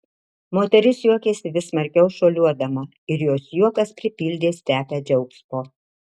moteris juokėsi vis smarkiau šuoliuodama ir jos juokas pripildė stepę džiaugsmo